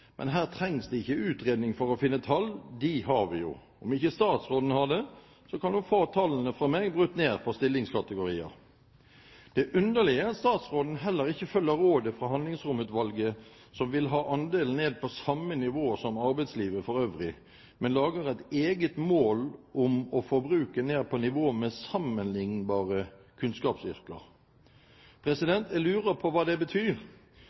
men her trengs det ikke utredning for å finne tall, dem har vi jo. Om ikke statsråden har dem, kan hun få tallene fra meg brutt ned på stillingskategorier. Det underlige er at statsråden heller ikke følger rådet fra Handlingsromutvalget, som vil ha andelen ned på samme nivå som i arbeidslivet for øvrig, men lager et eget mål om å få bruken ned på nivå med sammenlignbare kunnskapsyrker. Jeg lurer på hva det betyr.